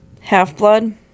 half-blood